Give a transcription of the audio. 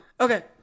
Okay